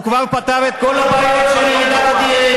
הוא כבר פתר את כל הבעיות של ירידת הדיור?